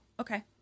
okay